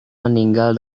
meninggal